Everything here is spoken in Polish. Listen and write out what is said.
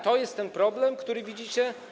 To jest ten problem, który widzicie?